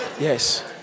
Yes